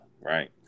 right